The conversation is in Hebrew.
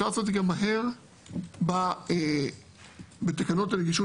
ואפשר לעשות את זה גם מהר בתקנות הנגישות